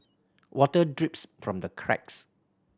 water drips from the cracks